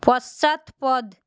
পশ্চাৎপদ